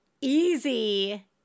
easy